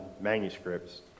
manuscripts